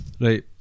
Right